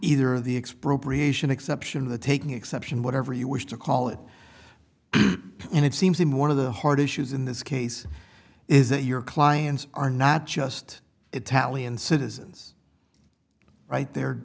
either the expropriation exception of the taking exception whatever you wish to call it and it seems to me one of the hard issues in this case is that your clients are not just italian citizens right the